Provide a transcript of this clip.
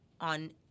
on